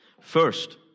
First